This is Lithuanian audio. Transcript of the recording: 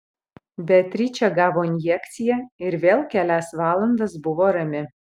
beatričė gavo injekciją ir vėl kelias valandas buvo rami